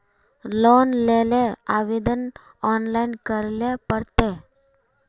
Loan लेले आवेदन online करे ले पड़ते?